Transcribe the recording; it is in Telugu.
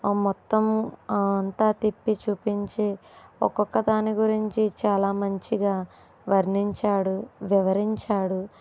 ఆ మొత్తం అంత తిప్పి చూపించి ఒక్కొక్క దాని గురించి చాలా మంచిగా వర్ణించాడు వివరించాడు